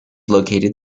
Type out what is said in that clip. located